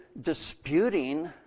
disputing